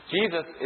Jesus